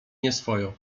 nieswojo